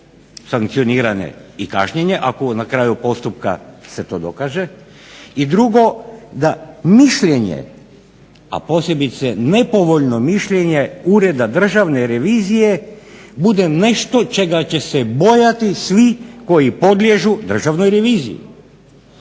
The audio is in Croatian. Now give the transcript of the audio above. sankcionirane i kažnjene ako se na kraju postupka se to dokaže i drugo da mišljenje a posebice nepovoljno mišljenje ureda državne revizije bude nešto čega će se bojati svi koji podliježu državnoj reviziji.